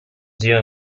zio